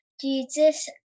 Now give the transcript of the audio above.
Jesus